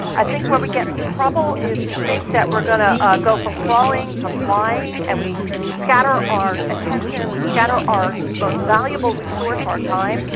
i think where we get into trouble is we think that we're to go from crawling to flying, and we scatter our attention, and we scatter our most valuable resource our time,